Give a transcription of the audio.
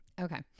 okay